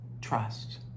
Trust